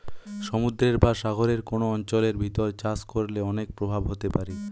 সমুদ্রের বা সাগরের কোন অঞ্চলের ভিতর চাষ করলে অনেক প্রভাব হতে পারে